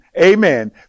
Amen